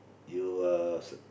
you uh